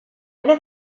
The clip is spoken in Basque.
ere